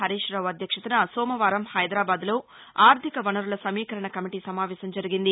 హరీశ్రావు అధ్యక్షతస సోమవారం హైదరాబాద్లో ఆర్గిక వనరుల సమీకరణ కమిటీ సమావేశం జరిగింది